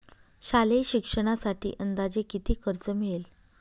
शालेय शिक्षणासाठी अंदाजे किती कर्ज मिळेल?